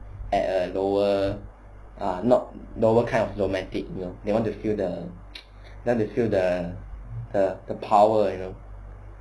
at a lower uh not lower kind of romantic you know they want to feel the they want to feel the power you know